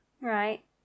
Right